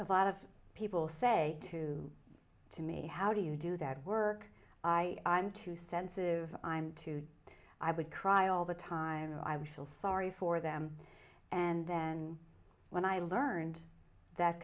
a lot of people say to to me how do you do that work i am too sensitive i'm too i would cry all the time i would feel sorry for them and then when i learned that